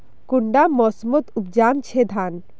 कुंडा मोसमोत उपजाम छै धान?